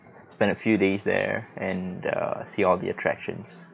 spend a few days there and err see all the attractions